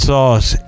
Sauce